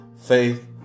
faith